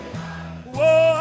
Whoa